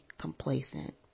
complacent